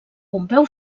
pompeu